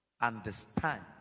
understand